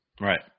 right